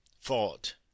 fought